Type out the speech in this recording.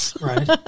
Right